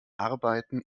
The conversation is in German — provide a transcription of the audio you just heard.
arbeiten